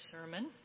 sermon